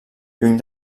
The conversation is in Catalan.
lluny